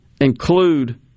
include